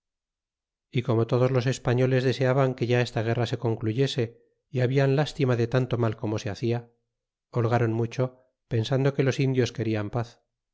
e como todos los espaboles deseaban que ya esta guerra se c o ncluyese y hablan lis tima de tanto mal como se hacia liolgron mucho pensando y que los indios querían paz